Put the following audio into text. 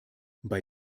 bei